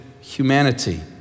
humanity